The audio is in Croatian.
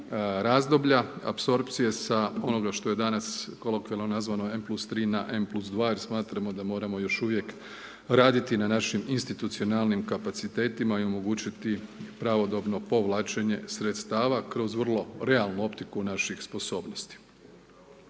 razdoblja apsorpcije sa onoga što je danas kolokvijalno nazvano M+3 na M+2 jer smatramo da moramo još uvijek raditi na našim institucionalnim kapacitetima i omogućiti pravodobno povlačenje sredstava kroz vrlo realnu optiku naših sposobnosti.